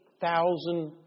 thousand